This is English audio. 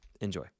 enjoy